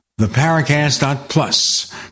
theparacast.plus